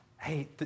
Hey